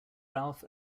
ralph